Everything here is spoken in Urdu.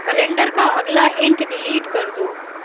کیلنڈر کا اگلا انٹ ڈیلیٹ کر دو